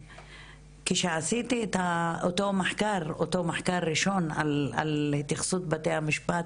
כשעשיתי את אותו מחקר ראשון על התייחסות בתי המשפט,